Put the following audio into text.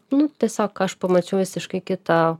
nu tiesiog aš pamačiau visiškai kitą